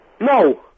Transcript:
No